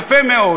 יפה מאוד.